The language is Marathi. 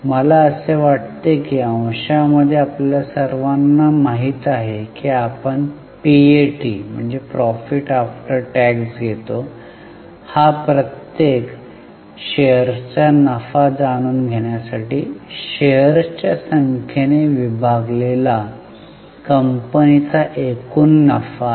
मला असे वाटते की अंशामध्ये आपल्या सर्वांना माहित आहे की आपण पीएटी घेतो हा प्रत्येक शेअर्सचा नफा जाणून घेण्यासाठी शेअर्सच्या संख्येने विभागलेला कंपनीचा एकूण नफा आहे